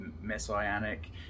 messianic